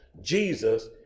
Jesus